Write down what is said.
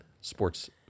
sports